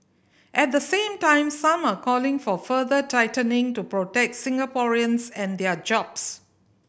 at the same time some are calling for further tightening to protect Singaporeans and their jobs